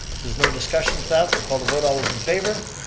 if there's no discussion to that, we'll call the vote. all those in favor?